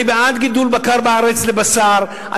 אני בעד גידול בקר לבשר בארץ,